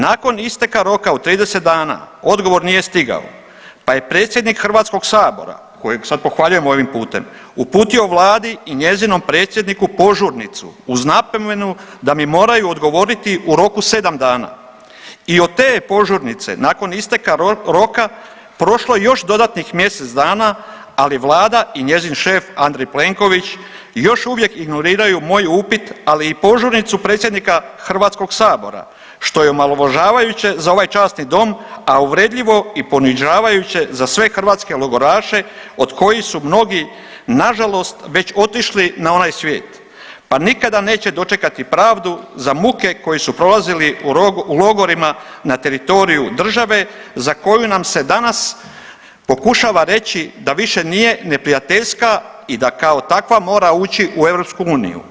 Nakon isteka roka od 30 dana odgovor nije stigao, pa je predsjednik HS, kojeg sad pohvaljujem ovim putem, uputio vladi i njezinom predsjedniku požurnicu uz napomenu da mi moraju odgovoriti u roku 7 dana i od te je požurnice nakon isteka roka prošlo još dodatnih mjesec dana, ali vlada i njezin šef Andrej Plenković još uvijek ignoriraju moj upit, ali i požurnicu predsjednika HS, što je omalovažavajuće za ovaj časni dom, a uvredljivo i ponižavajuće za sve hrvatske logoraše od kojih su mnogi nažalost već otišli na ovaj svijet, pa nikada neće dočekati pravdu za muke koje su prolazili u logorima na teritoriju države za koju nam se danas pokušava reći da više nije neprijateljska i da kao takva mora ući u EU.